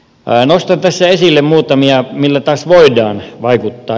nostan tässä esille muutamia millä taas voidaan vaikuttaa